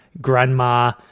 grandma